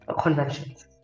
conventions